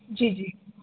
जी जी